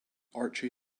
archie